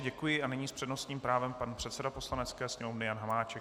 Děkuji a nyní s přednostním právem pan předseda Poslanecké sněmovny Jan Hamáček.